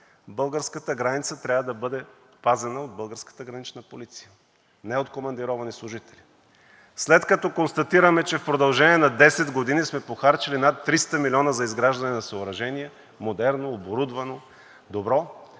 българската граница трябва да бъде пазена от българската гранична полиция, не от командировани служители. След като констатираме, че в продължение на 10 години сме похарчили над 300 милиона за изграждане на съоръжение – модерно, оборудвано, добро,